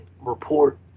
report